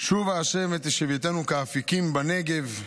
"שובה ה' את שביתנו כאפיקים בנגב".